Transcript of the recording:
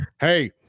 hey